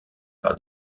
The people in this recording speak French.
par